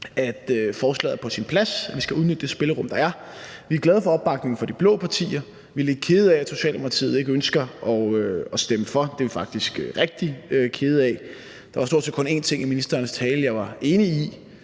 at forslaget er på sin plads, og at vi skal udnytte det spillerum, der er. Vi er glade for opbakningen fra de blå partier. Vi er lidt kede af, at Socialdemokratiet ikke ønsker at stemme for – det er vi faktisk rigtig kede af. Der var stort set kun én ting i ministerens tale, jeg var enig i,